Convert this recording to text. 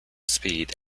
speed